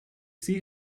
see